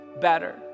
better